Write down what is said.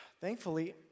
thankfully